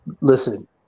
Listen